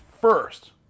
first